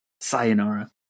sayonara